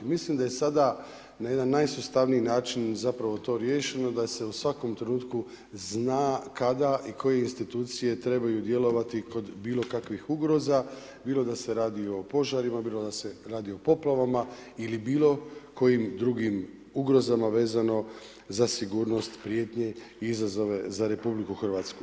Mislim da je sada na jedan najsustavniji način zapravo to riješeno, da se u svakom trenutku zna kada i koje institucije trebaju djelovati kod bilo kakvih ugroza, bilo da se radi o požarima, bilo da se radi o poplavama ili bilo kojim drugim ugrozama vezano za sigurnost, prijetnje, izazove za RH.